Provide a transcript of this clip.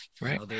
Right